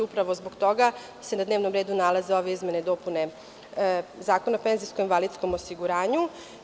Upravo zbog toga se na dnevnom redu nalaze ove izmene i dopune zakona o penzijsko-invalidskom osiguranju.